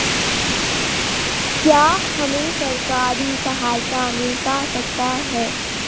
क्या हमे सरकारी सहायता मिलता सकता है?